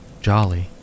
jolly